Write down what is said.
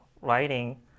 writing